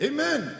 Amen